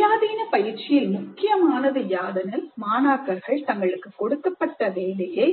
சுயாதீன பயிற்சியில் முக்கியமானது யாதெனில் மாணாக்கர்கள் தங்களுக்கு கொடுக்கப்பட்ட வேலையை